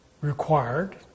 required